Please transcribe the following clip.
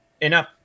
enough